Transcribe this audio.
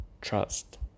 trust